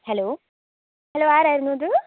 hello hello ആരായിരുന്നു ഇത്